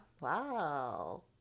Wow